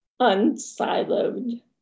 unsiloed